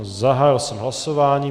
Zahájil jsem hlasování.